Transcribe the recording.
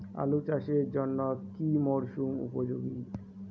আলু চাষের জন্য কি মরসুম উপযোগী?